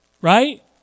Right